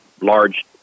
large